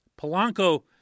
Polanco